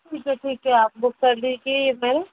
ठीक ठीक है आप बुक कर दीजिए ये बिल